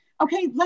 Okay